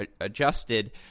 adjusted